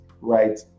right